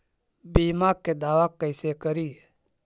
बीमा के दावा कैसे करी?